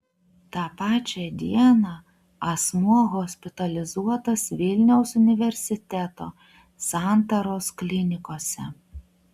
tą pačią dieną asmuo hospitalizuotas vilniaus universiteto santaros klinikose